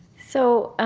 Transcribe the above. so